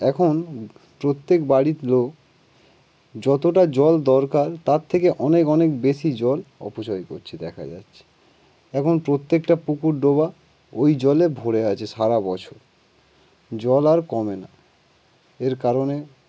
এখন প্রত্যেক বাড়ির লোক যতটা জল দরকার তার থেকে অনেক অনেক বেশি জল অপচয় করছে দেখা যাচ্ছে এখন প্রত্যেকটা পুকুর ডোবা ওই জলে ভরে আছে সারা বছর জল আর কমে না এর কারণে